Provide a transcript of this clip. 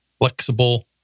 flexible